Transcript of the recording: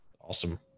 Awesome